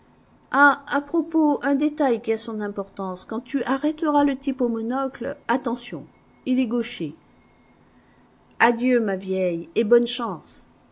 ah à propos un détail qui a son importance quand tu arrêteras le type au monocle attention il est gaucher adieu ma vieille et bonne chance